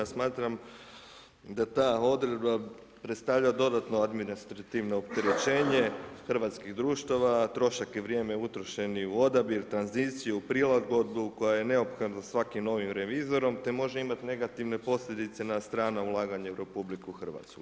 Smatram da ta odredba predstavlja dodatno administrativno opterećenje hrvatskih društava, a trošak i vrijeme utrošeni u odabir, tranziciju, prilagodbu koja je neophodna svakim novim revizorom te može imati negativne posljedice na strano ulaganje u RH.